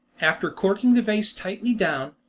after corking the vase tightly down,